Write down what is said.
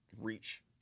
reach